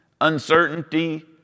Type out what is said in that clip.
uncertainty